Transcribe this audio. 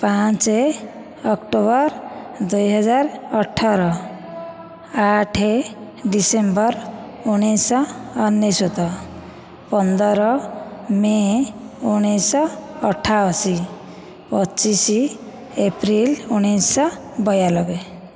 ପାଞ୍ଚ ଅକ୍ଟୋବର ଦୁଇହଜାର ଅଠର ଆଠ ଡିସେମ୍ବର ଉଣେଇଶଶହ ଅନେଶ୍ୱତ ପନ୍ଦର ମେ ଉଣେଇଶଶହ ଅଠାଅଶୀ ପଚିଶ ଏପ୍ରିଲ ଉଣେଇଶଶହ ବୟାନବେ